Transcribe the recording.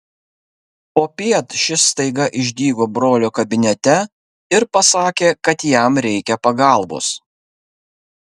popiet šis staiga išdygo brolio kabinete ir pasakė kad jam reikia pagalbos